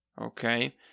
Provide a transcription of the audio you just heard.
okay